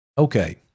Okay